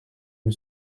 une